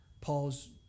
Paul's